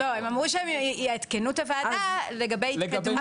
הם אמרו שהם יעדכנו את הוועדה לגבי ההתקדמות.